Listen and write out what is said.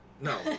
No